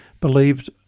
believed